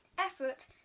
effort